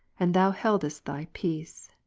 and thou heldest thy peace,